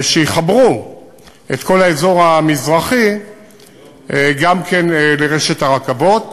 שיחברו את כל האזור המזרחי גם כן לרשת הרכבות.